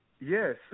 Yes